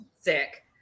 sick